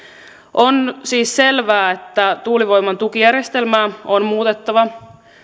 on siis selvää että tuulivoiman tukijärjestelmää on muutettava